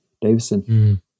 Davison